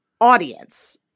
audience